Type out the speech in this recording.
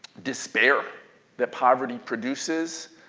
despair that poverty produces.